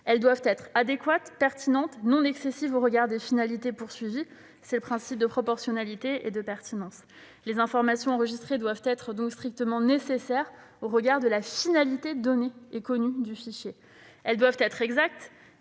elles doivent être adéquates, pertinentes, non excessives au regard des finalités recherchées- c'est le principe de proportionnalité et de pertinence. Les informations enregistrées doivent donc être strictement nécessaires au regard de la finalité donnée et connue du fichier. Elles doivent être exactes,